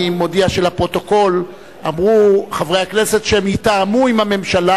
אני מודיע שלפרוטוקול אמרו חברי הכנסת שהם יתאמו עם הממשלה.